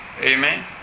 Amen